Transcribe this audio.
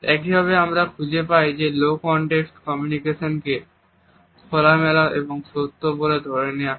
একইভাবে আমরা খুঁজে পাই যে লো কনটেক্সট কমিউনিকেশনকে খোলামেলা এবং সত্য বলে ধরে নেওয়া হয়